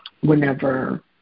whenever